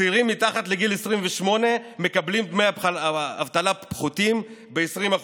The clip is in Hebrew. צעירים מתחת לגיל 28 מקבלים דמי אבטלה פחותים ב-20%,